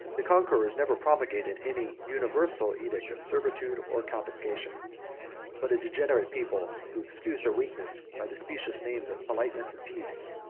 the conquerors never promulgated any universal edict of servitude, or confiscation but a degenerate people, who excused their weakness by the specious names of politeness and peace,